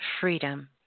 freedom